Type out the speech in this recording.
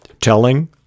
telling